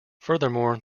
furthermore